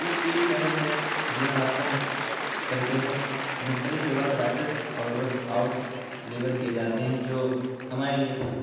اس TV channel میں زینا آستن کر کے ہے مختلف یوگا کلاسز اور ورک آوٹس ڈیلیور کیے جاتے ہیں جو ہمارے لیے بہت